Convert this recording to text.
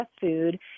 food